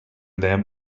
them